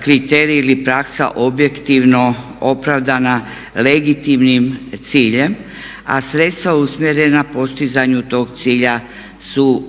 kriterij ili praksa objektivno opravdana legitimnim ciljem a sredstva usmjerena postizanju tog cilja su